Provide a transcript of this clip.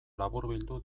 laburbildu